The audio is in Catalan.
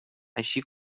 així